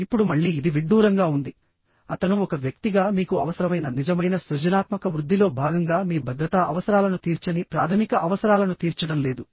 ఇప్పుడు మళ్ళీ ఇది విడ్డూరంగా ఉంది అతను ఒక వ్యక్తిగా మీకు అవసరమైన నిజమైన సృజనాత్మక వృద్ధిలో భాగంగా మీ భద్రతా అవసరాలను తీర్చని ప్రాథమిక అవసరాలను తీర్చడం లేదు